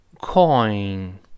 coin